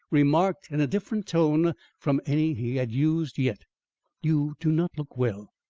remarked in a different tone from any he had used yet you do not look well.